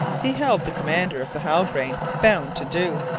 he held the commander of the halbrane bound to do,